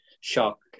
shock